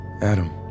Adam